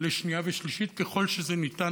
לשנייה ושלישית מהר ככל שזה ניתן.